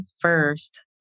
first